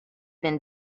been